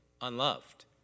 unloved